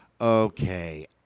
okay